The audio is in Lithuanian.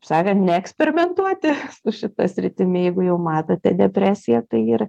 kaip sakant neeksperimentuoti su šita sritimi jeigu jau matote depresiją tai ir